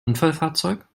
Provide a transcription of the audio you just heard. unfallfahrzeug